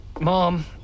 Mom